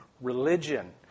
Religion